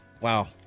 wow